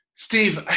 Steve